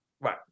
right